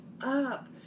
up